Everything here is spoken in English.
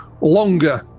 longer